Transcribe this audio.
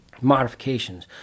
modifications